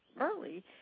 early